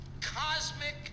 cosmic